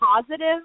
positive